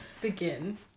begin